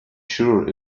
sure